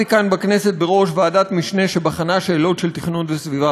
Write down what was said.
בראש ועדת משנה שבחנה שאלות של תכנון וסביבה במפרץ חיפה.